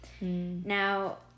Now